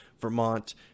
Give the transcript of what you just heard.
Vermont